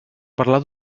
parlar